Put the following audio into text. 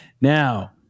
Now